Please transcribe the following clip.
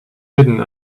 hidden